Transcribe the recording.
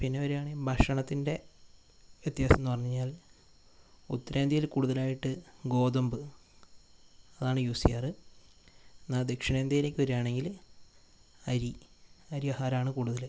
പിന്നെ വരികയാണെങ്കിൽ ഭക്ഷണത്തിൻ്റെ വ്യത്യാസം എന്ന് പറഞ്ഞു കഴിഞ്ഞാൽ ഉത്തരേന്ത്യയിൽ കൂടുതലായിട്ട് ഗോതമ്പ് അതാണ് യൂസ് ചെയ്യാറ് എന്നാൽ ദക്ഷിണേന്ത്യയിലേക്ക് വരികയാണെങ്കിൽ അരി അരി ആഹാരമാണ് കൂടുതൽ